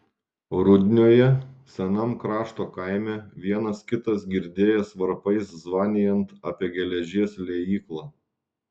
rudnioje senam krašto kaime vienas kitas girdėjęs varpais zvanijant apie geležies liejyklą